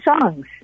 songs